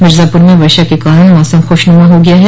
मिर्जापूर में वर्षा के कारण मौसम खुशनुमा हो गया है